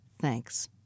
Thanks